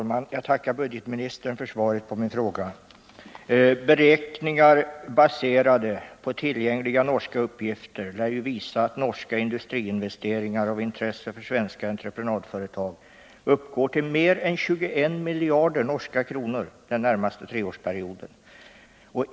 Herr talman! Jag tackar budgetministern för svaret på min fråga. Beräkningar, baserade på tillgängliga norska uppgifter, lär visa att norska industriinvesteringar av intresse för svenska entreprenadföretag uppgår till mer än 21 miljarder norska kronor den närmaste treårsperioden.